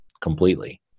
completely